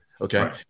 okay